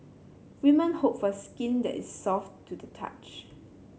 women hope for skin that is soft to the touch